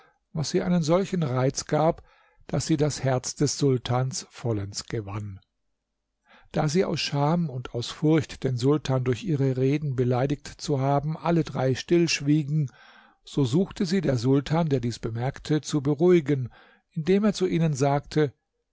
was ihr einen solchen reiz gab daß sie das herz des sultans vollends gewann da sie aus scham und aus furcht den sultan durch ihre reden beleidigt zu haben alle drei stillschwiegen so suchte sie der sultan der dies bemerkte zu beruhigen indem er zu ihnen sagte